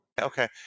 Okay